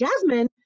Jasmine